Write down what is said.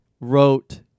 wrote